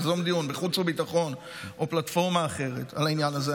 ליזום דיון בחוץ וביטחון או בפלטפורמה אחרת על העניין הזה,